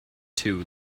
too